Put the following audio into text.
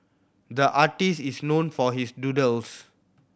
the artist is known for his doodles